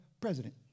president